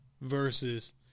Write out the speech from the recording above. versus